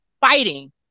fighting